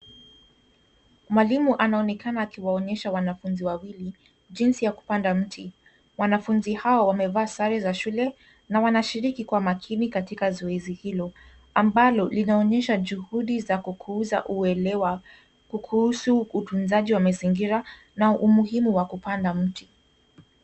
Mwalimu anaonekana akiwaonyesha wanafunzi wawili, jinsi ya kupanda mti. Wanafunzi hao wamevaa sare za shule, na wanashiriki kwa makini katika zoezi hilo, ambalo linaonyesha juhudi za kukuza uelewa, kuhusu utunzaji wa mazingira na umuhimu wa kupanda mti.